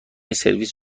سرویس